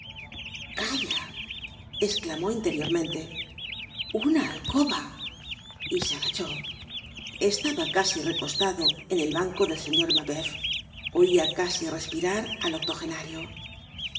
calla esclamó interiormente una alcoba y se agachó estaba casi recostado en el banco del señor mabeuf oia casi respirar al octogenario y